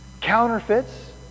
counterfeits